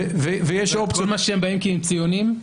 והם באים כי הם ציוניים?